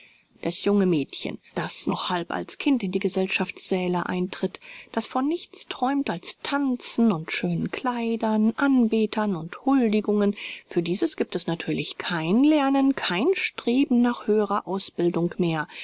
das junge mädchen das noch halb als kind in die gesellschaftssäle eintritt das von nichts träumt als tanzen und schönen kleidern anbetern und huldigungen für dieses gibt es natürlich kein lernen kein streben nach höherer ausbildung mehr